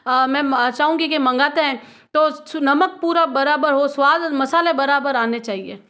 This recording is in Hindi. हाँ मैं चाहूँगी की मंगाते हैं तो नमक पूरा बराबर हो स्वाद मसाले बराबर आने चाहिए